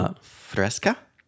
fresca